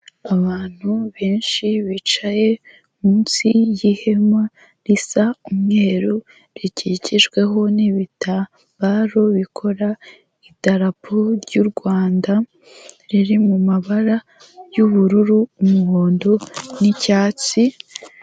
Abantu benshi bicaye munsi y'ihema risa umweru, rikikijweho n'ibitambaro bikora idarapo ry'u Rwanda, riri mu mabara y'ubururu, umuhondo n'icyatsi.